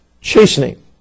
chastening